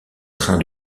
train